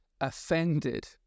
offended